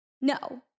no